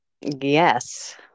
yes